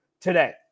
today